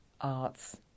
arts